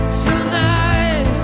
tonight